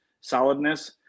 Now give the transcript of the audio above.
Solidness